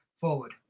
Forward